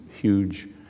huge